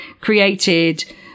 created